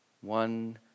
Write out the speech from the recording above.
one